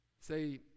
say